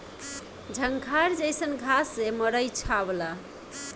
झंखार जईसन घास से मड़ई छावला